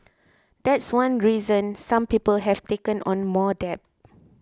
that's one reason some people have taken on more debt